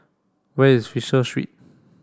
where is Fisher Street